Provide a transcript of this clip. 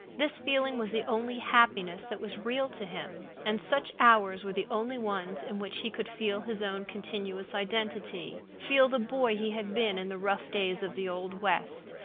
this feeling was the only happiness that was real to him, and such hours were the only ones in which he could feel his own continuous identity feel the boy he had been in the rough days of the old west,